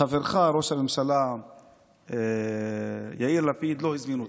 חברך, ראש הממשלה יאיר לפיד, לא הזמין אותי,